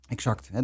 Exact